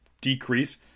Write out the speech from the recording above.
decrease